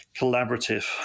collaborative